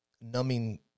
numbing